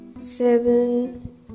seven